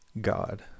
God